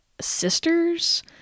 sisters